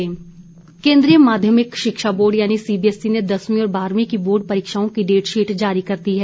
परीक्षा केन्द्रीय माध्यमिक शिक्षा बोर्ड यानी सीबीएसई ने दसवीं और बारहवीं की बोर्ड परीक्षाओं की डेटशीट जारी कर दी है